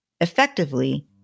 Effectively